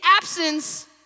absence